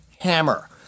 hammer